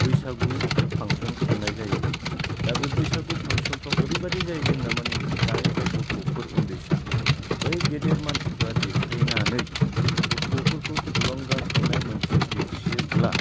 बैसागु फांसन खुंनाय जायो दा बे बैसागु फांसन फोराव ओरैबादि जायो जोंना माने दानि जाय गथ'फोर उन्दैसा बै गेदेर मानसिफोरा देखायनानै गथ'फोरखौ थुलुंगाखांनाय मोनसे दिन्थियोब्ला